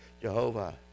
Jehovah